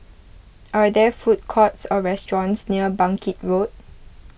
are there food courts or restaurants near Bangkit Road